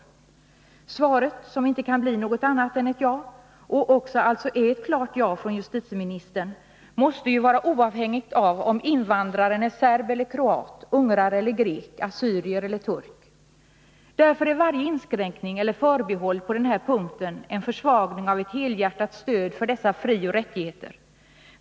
Justitieministerns svar — som inte kunde bli något annat än ett ja och som alltså också var ett enkelt ja — måste vara oavhängigt av om invandraren är serb eller kroat, ungrare eller grek, assyrier eller turk. Därför är varje inskränkning eller förbehåll på den här punkten en försvagning av ett helhjärtat stöd för dessa frioch rättigheter.